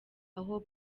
aho